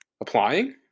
applying